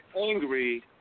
angry